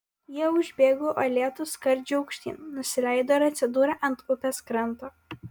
jie užbėgo uolėtu skardžiu aukštyn nusileido ir atsidūrė ant upės kranto